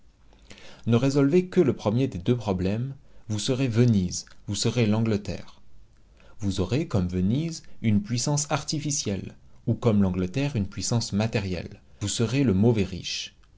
ne résolvez que le premier des deux problèmes vous serez venise vous serez l'angleterre vous aurez comme venise une puissance artificielle ou comme l'angleterre une puissance matérielle vous serez le mauvais riche